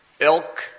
elk